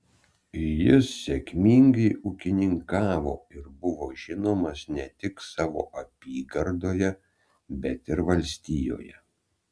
jis sėkmingai ūkininkavo ir buvo žinomas ne tik savo apygardoje bet ir valstijoje